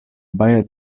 baia